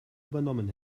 übernommen